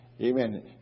Amen